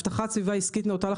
הבטחת סביבה חקלאית נאותה: